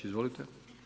Izvolite.